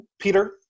Peter